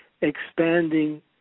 expanding